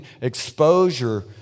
exposure